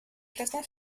classement